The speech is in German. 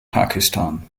pakistan